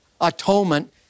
atonement